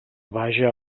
vaja